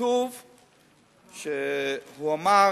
כתוב שהוא אמר,